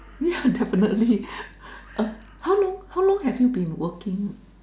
yeah definitely uh how long how long have you been working